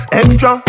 extra